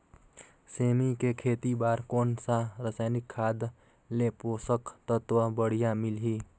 सेमी के खेती बार कोन सा रसायनिक खाद ले पोषक तत्व बढ़िया मिलही?